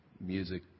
music